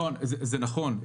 זה נכון,